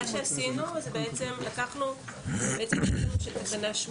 מה שעשינו זה לקחת את --- של תקנה 8